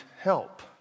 help